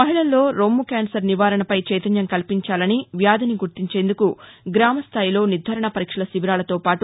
మహికల్లో రొమ్ము క్యాన్సర్ నివారణపై చైతన్యం కల్పించాలని వ్యాధిని గుర్తించేందుకు గ్రామస్టాయిలో నిర్దారణ పరీక్షల శిబీరాలతో పాటు